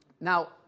Now